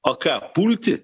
o ką pulti